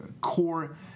core